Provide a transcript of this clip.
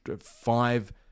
five